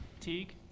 Teague